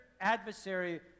adversary